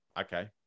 okay